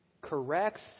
corrects